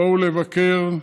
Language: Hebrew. בואו לבקר.